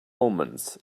omens